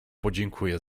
podziękuję